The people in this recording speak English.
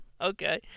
Okay